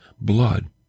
blood